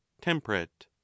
temperate